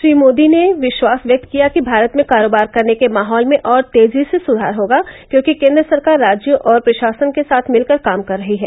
श्री मोदी ने विश्वास व्यक्त किया कि भारत में कारोबार करने के माहौल में और तेजी से सुधार होगा क्योंकि केन्द्र सरकार राज्यों और प्रशासन के साथ भिलकर काम कर रही है